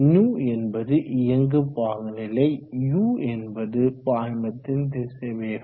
υ என்பது இயங்கு பாகுநிலை u என்பது பாய்மத்தின் திசைவேகம்